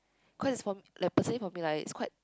cause it's from the person if for be like it's quite